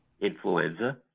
influenza